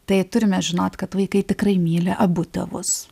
tai turime žinot kad vaikai tikrai myli abu tėvus